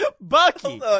Bucky